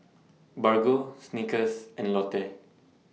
Bargo Snickers and Lotte